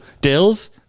Dills